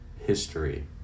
history